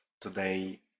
today